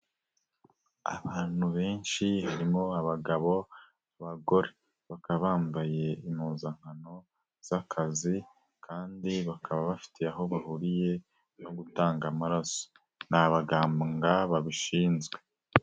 Abantu benshi harimo abagabo abagore, bakaba bambaye impuzankano z'akazi kandi bakaba bafite aho bahuriye no gutanga amaraso, ni abaganga babishinzwe.